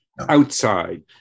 outside